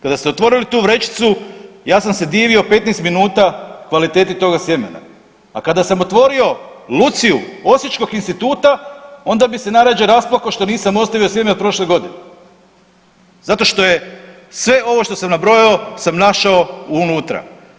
Kada ste otvorili tu vrećicu ja sam se divio 15 minuta kvaliteti toga sjemena, a kada sam otvorio Luciju Osječkog instituta onda bih se najradije rasplakao što nisam ostavio sjeme od prošle godine zato što je sve ovo što sam nabrojao sam našao unutra.